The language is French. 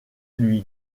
lui